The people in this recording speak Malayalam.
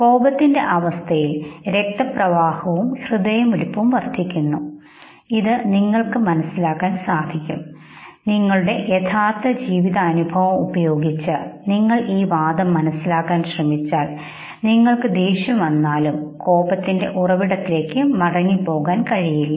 കോപത്തിന്റെ അവസ്ഥയിൽ രക്തപ്രവാഹവും ഹൃദയമിടിപ്പും വർദ്ധിക്കുന്നു എന്നത് നിങ്ങൾക്ക് തന്നെ മനസ്സിലാക്കാൻ സാധിക്കും നിങ്ങളുടെ യഥാർത്ഥ ജീവിതാനുഭവം ഉപയോഗിച്ച് നിങ്ങൾ ഈ വാദം മനസ്സിലാക്കാൻ ശ്രമിച്ചാൽ നിങ്ങൾക്ക് ദേഷ്യം വന്നാലും കോപത്തിന്റെ ഉറവിടത്തിലേക്ക് നിങ്ങൾ മടങ്ങി പോകില്ല